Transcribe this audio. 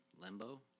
limbo